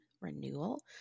Renewal